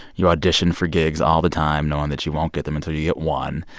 you audition for gigs all the time knowing that you won't get them until you you get one.